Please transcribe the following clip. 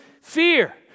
fear